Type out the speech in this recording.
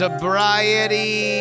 Sobriety